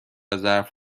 ظرف